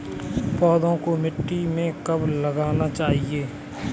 पौधों को मिट्टी में कब लगाना चाहिए?